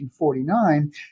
1949